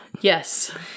Yes